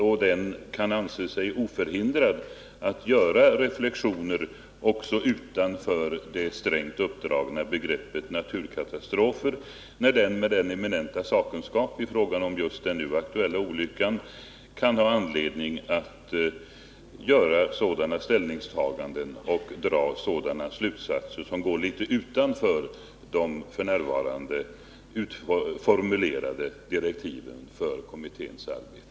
Den kan således anse sig oförhindrad att göra reflexioner också utanför det strängt avgränsade begreppet naturkatastrof, när den — med sin eminenta sakkunskap i fråga om den just nu aktuella olyckan — kan ha anledning att göra sådana ställningstaganden och dra sådana slutsatser som går litet utanför de f. n. utfärdade direktiven för kommitténs arbete.